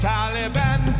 Taliban